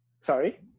sorry